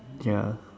ya